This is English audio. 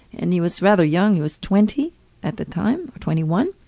and he was rather young. he was twenty at the time, or twenty one.